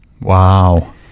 Wow